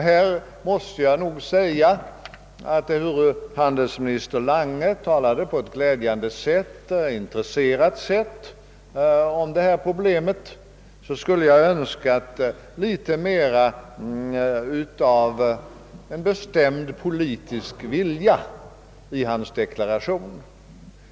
Ehuru handelsministern talade på ett glädjande intresserat sätt om dessa problem, skulle jag ändå ha önskat något mera av en bestämd politisk vilja i hans deklaration.